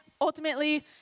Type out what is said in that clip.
ultimately